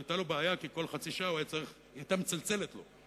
היתה לו בעיה, כי כל חצי שעה היא היתה מצלצלת לו.